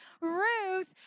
Ruth